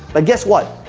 but guess what?